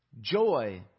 joy